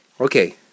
Okay